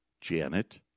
Janet